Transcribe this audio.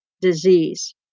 disease